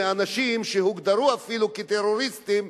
אנשים שהוגדרו אפילו כטרוריסטים,